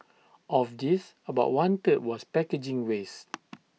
of this about one third was packaging waste